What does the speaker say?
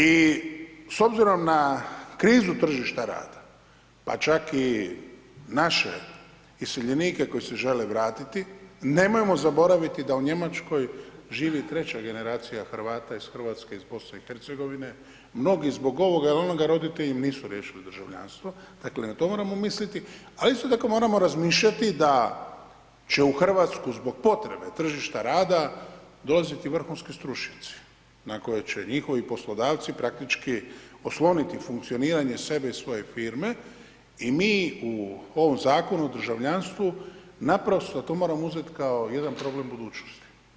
I s obzirom na krizu tržišta rada, pa čak i naše iseljenike koji se žele vratiti nemojmo zaboraviti da u Njemačkoj živi treća generacija Hrvata iz Hrvatske iz BiH mnogi mnogi zbog ovoga ili onoga roditelji im nisu riješili državljanstvo, dakle na to moramo misliti ali isto tako moramo razmišljati da će u Hrvatsku zbog potrebe tržišta rada dolaziti vrhunski stručnjaci na koje će njihovi poslodavci praktički osloniti funkcioniranje sebe i svoje firme i mi u ovom zakonu o državljanstvu naprosto to moramo uzet kao jedan problem budućnosti.